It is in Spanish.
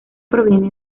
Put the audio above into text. proviene